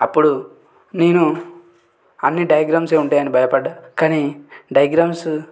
అప్పుడు నేను అన్ని డయాగ్రమ్సే ఉంటాయి అని భయపడ్డా కానీ డయాగ్రమ్స్